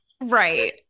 Right